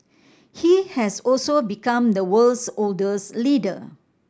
he has also become the world's oldest leader